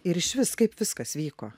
ir išvis kaip viskas vyko